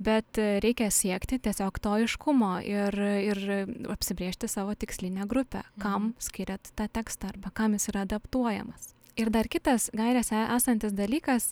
bet reikia siekti tiesiog to aiškumo ir ir apsibrėžti savo tikslinę grupę kam skiriat tą tekstą arba kam jis yra adaptuojamas ir dar kitas gairėse esantis dalykas